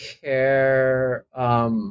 care